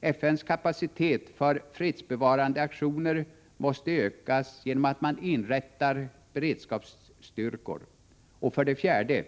FN:s kapacitet för fredsbevarande aktioner måste ökas genom att man inrättar beredskapsstyrkor. 4.